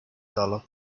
dollar